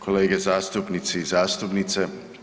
Kolege zastupnici i zastupnice.